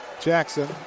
Jackson